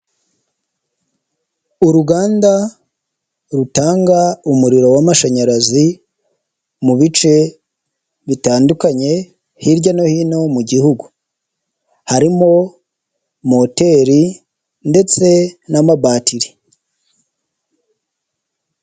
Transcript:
Uruganda rutanga umuriro w'amashanyarazi mu bice bitandukanye, hirya no hino mu gihugu. Harimo moteri ndetse n'amabatiri.